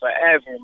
forever